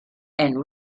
and